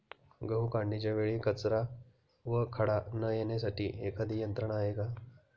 गहू काढणीच्या वेळी कचरा व खडा न येण्यासाठी एखादी यंत्रणा आहे का?